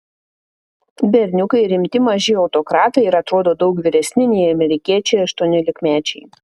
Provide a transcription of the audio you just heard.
berniukai rimti maži autokratai ir atrodo daug vyresni nei amerikiečiai aštuoniolikmečiai